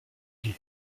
guet